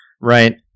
Right